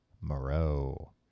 Moreau